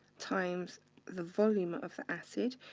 times the volume of the acid,